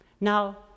Now